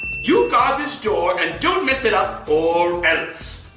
you guard this door and don't mess it up or else!